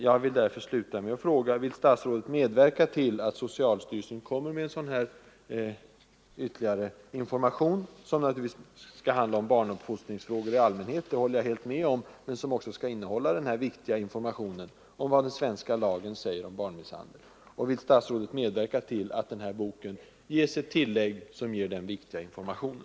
Jag vill därför sluta med att fråga: Vill statsrådet medverka till att socialstyrelsen ger ut ett informationshälfte, som naturligtvis skall handla om barnuppfostringsfrågor i allmänhet — det håller jag helt med om — men som också skall innehålla den viktiga informationen om vad den svenska lagen säger om barnmisshandel? Och vill statsrådet medverka till att invandrarverkets grundbok ges ett tillägg med den viktiga informationen?